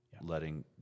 letting